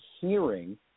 hearing